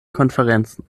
konferenzen